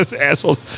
assholes